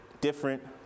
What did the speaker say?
different